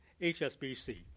HSBC